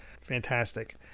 Fantastic